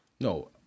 No